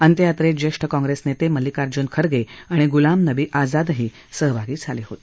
अंत्ययात्रेत ज्येष्ठ काँग्रेस नेते मल्लिकार्जून खरगे आणि ग्लाम नबी आझादही सहभागी झाले होते